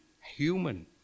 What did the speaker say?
human